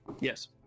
Yes